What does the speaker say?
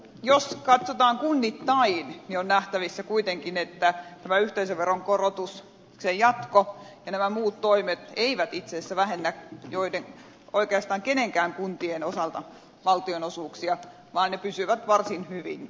jos katsotaan kunnittain niin on nähtävissä kuitenkin että tämä yhteisöveron korotuksen jatko ja nämä muut toimet eivät itse asiassa vähennä oikeastaan minkään kuntien osalta valtionosuuksia vaan ne pysyvät varsin hyvin